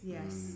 Yes